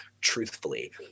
truthfully